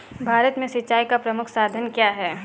भारत में सिंचाई का प्रमुख साधन क्या है?